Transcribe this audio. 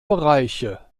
bereiche